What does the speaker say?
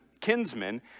kinsmen